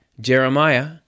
Jeremiah